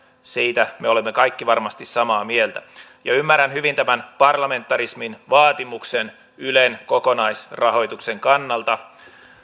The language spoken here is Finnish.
siitä me olemme kaikki varmasti samaa mieltä ymmärrän hyvin tämän parlamentarismin vaatimuksen ylen kokonaisrahoituksen kannalta